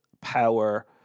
power